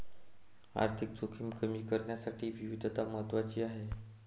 आर्थिक जोखीम कमी करण्यासाठी विविधता महत्वाची आहे